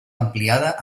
ampliada